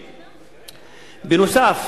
בנוסף,